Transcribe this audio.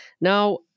Now